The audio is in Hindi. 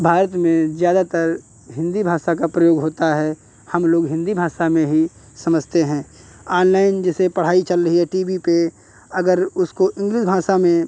भारत में ज़्यादातर हिन्दी भाषा का प्रयोग होता है हम लोग हिन्दी भाषा में ही समझते हैं ऑनलाइन जैसे पढ़ाई चल रही है टी वी पे अगर उसको इंग्लिश भाषा में